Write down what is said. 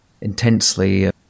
intensely